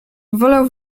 wolał